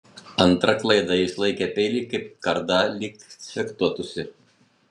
antra klaida jis laikė peilį kaip kardą lyg fechtuotųsi